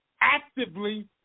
actively